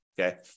Okay